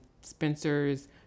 Spencer's